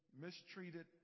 mistreated